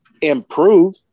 improve